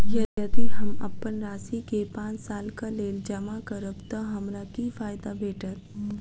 यदि हम अप्पन राशि केँ पांच सालक लेल जमा करब तऽ हमरा की फायदा भेटत?